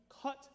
cut